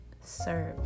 serve